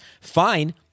Fine